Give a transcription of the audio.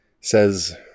says